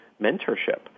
mentorship